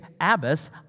Abbas